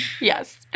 Yes